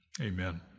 Amen